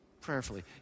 Prayerfully